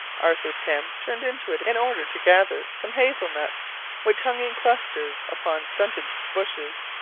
arthur pym turned into it in order to gather some hazel nuts which hung in clusters upon stunted bushes.